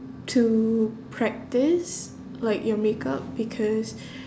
to practise like your makeup because